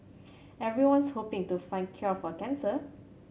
everyone's hoping to find cure for cancer